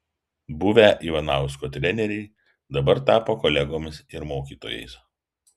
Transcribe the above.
buvę ivanausko treneriai dabar tapo kolegomis ir mokytojais